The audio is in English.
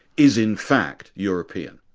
is in fact european